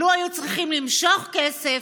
אבל, לו היו צריכים למשוך כסף,